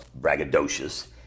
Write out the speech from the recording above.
braggadocious